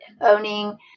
owning